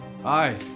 Hi